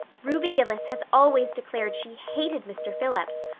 ruby gillis has always declared she hated mr. phillips,